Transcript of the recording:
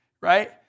right